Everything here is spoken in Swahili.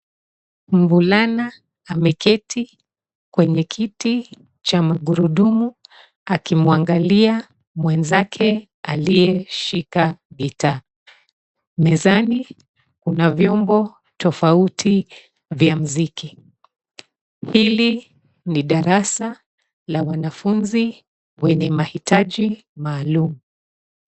Mvulana ameketi kwenye kiti cha magurudumu akimwangalia mwenzake aliyeshika gitaa. Mezani kuna vyombo tofauti vya mziki. Hili ni darasa la wanafunzi wenye mahitaji maalum.